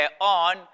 on